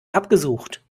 abgesucht